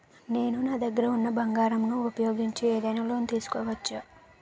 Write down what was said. నేను నా దగ్గర ఉన్న బంగారం ను ఉపయోగించి ఏదైనా లోన్ తీసుకోవచ్చా?